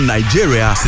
Nigeria